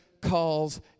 calls